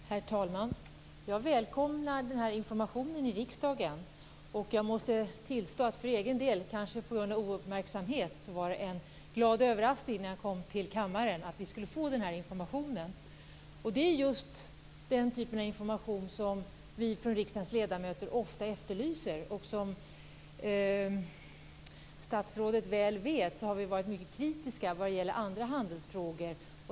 Herr talman! Jag välkomnar den här informationen i riksdagen. Jag måste för egen del tillstå att det, kanske på grund av tidigare ouppmärksamhet, blev en glad överraskning för mig när jag kom till kammaren att vi skulle få den här informationen. Det är just den typ av information som vi från riksdagens ledamöter ofta efterlyser. Som statsrådet väl vet har vi varit mycket kritiska i andra handelsfrågor.